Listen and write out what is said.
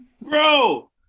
Bro